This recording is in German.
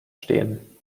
stehen